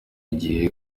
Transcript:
igihe